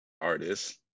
artist